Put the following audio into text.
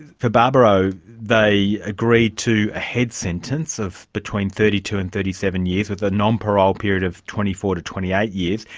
for barbaro they agreed to a head sentence of between thirty two and thirty seven years with a non-parole period of twenty four to twenty eight years,